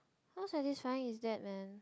how satisfying is that man